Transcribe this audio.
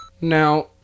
Now